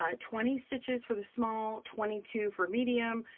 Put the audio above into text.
um twenty stitches for the small, twenty two for medium,